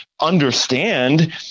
understand